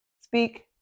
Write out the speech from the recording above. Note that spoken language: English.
speak